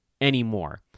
anymore